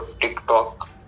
TikTok